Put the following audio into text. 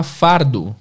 fardo